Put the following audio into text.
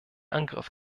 angriff